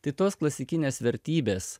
tai tos klasikinės vertybės